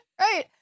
Right